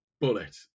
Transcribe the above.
bullet